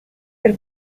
per